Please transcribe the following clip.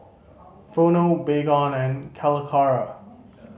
Vono Baygon and Calacara